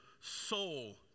soul